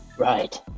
right